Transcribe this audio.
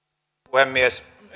puhemies